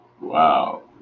Wow